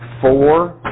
four